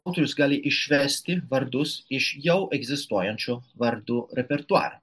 autorius gali išvesti vardus iš jau egzistuojančių vardų repertuaro